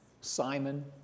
Simon